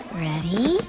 Ready